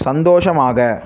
சந்தோஷமாக